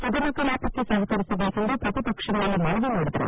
ಸುಗಮ ಕಲಾಪಕ್ಕೆ ಸಹಕರಿಸಬೇಕೆಂದು ಪ್ರತಿಪಕ್ಷಗಳಲ್ಲಿ ಮನವಿ ಮಾಡಿದರು